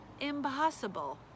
impossible